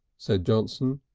said johnson.